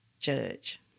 Judge